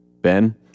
Ben